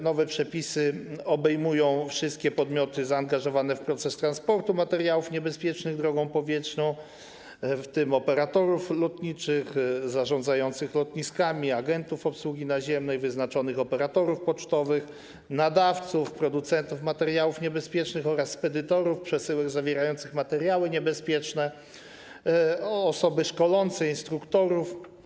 Nowe przepisy obejmują wszystkie podmioty zaangażowane w proces transportu materiałów niebezpiecznych drogą powietrzną, w tym operatorów lotniczych zarządzających lotniskami, agentów obsługi naziemnej, wyznaczonych operatorów pocztowych, nadawców, producentów materiałów niebezpiecznych oraz edytorów przesyłek zawierających materiały niebezpieczne, osoby szkolące, instruktorów.